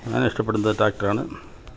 ഞാൻ ഇഷ്ടപ്പെടുന്നത് ട്രാക്ടർ ആണ്